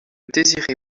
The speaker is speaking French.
désiré